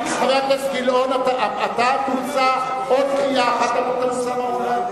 חבר הכנסת גילאון, עוד קריאה אחת אתה תוצא מהאולם.